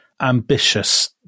ambitious